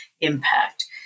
impact